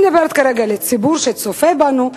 אני מדברת כרגע לציבור שצופה בנו.